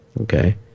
okay